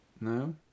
no